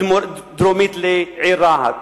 דרומית לעיר רהט.